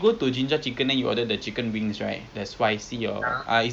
oh sounds yummy ya okay apa